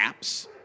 apps